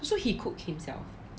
so he cook himself